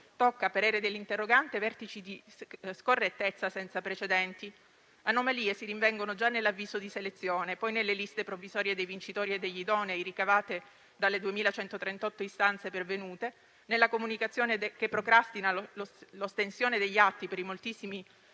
tocca, a parere dell'interrogante, vertici di scorrettezza senza precedenti; anomalie si rinvengono già nell'avviso di selezione, poi nelle liste provvisorie dei vincitori e degli idonei ricavate dalle 2.138 istanze pervenute, nella comunicazione che procrastina l'ostensione degli atti per i moltissimi